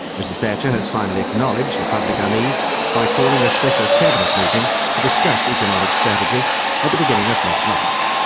mrs thatcher has finally acknowledged the public unease by calling a special cabinet meeting to discuss economic strategy at the beginning of next month.